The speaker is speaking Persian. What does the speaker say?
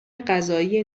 قضایی